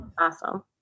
Awesome